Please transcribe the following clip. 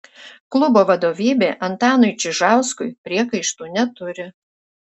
klubo vadovybė antanui čižauskui priekaištų neturi